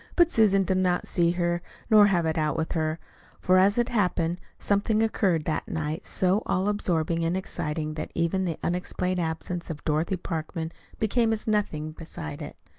but susan did not see her nor have it out with her for, as it happened, something occurred that night so all-absorbing and exciting that even the unexplained absence of dorothy parkman became as nothing beside it.